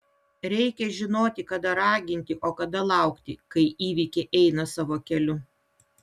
reikia žinoti kada raginti o kada laukti kai įvykiai eina savo keliu